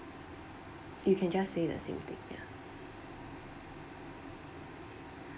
you can just say the same thing ya